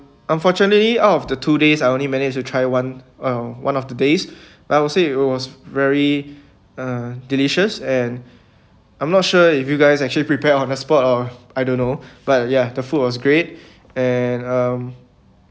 unfortunately out of the two days I only managed to try one uh one of the days I would say it was very uh delicious and I'm not sure if you guys actually prepared on the spot or I don't know but ya the food was great and um